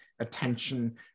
attention